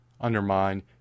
undermine